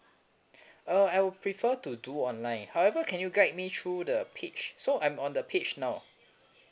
uh I would prefer to do online however can you guide me through the page so I'm on the page now